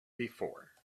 before